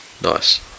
nice